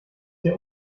dir